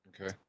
okay